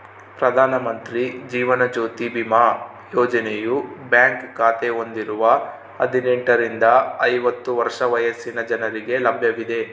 ಪ್ರಧಾನ ಮಂತ್ರಿ ಜೀವನ ಜ್ಯೋತಿ ಬಿಮಾ ಯೋಜನೆಯು ಬ್ಯಾಂಕ್ ಖಾತೆ ಹೊಂದಿರುವ ಹದಿನೆಂಟುರಿಂದ ಐವತ್ತು ವರ್ಷ ವಯಸ್ಸಿನ ಜನರಿಗೆ ಲಭ್ಯವಿದೆ